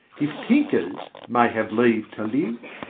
if tinkers may have leave to live,